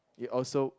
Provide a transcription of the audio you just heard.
it also